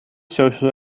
social